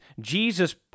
Jesus